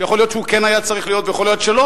שיכול להיות שהוא כן היה צריך להיות ויכול להיות שלא,